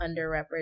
underrepresented